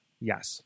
yes